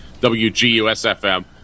WGUSFM